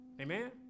Amen